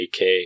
AK